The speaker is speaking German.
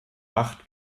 acht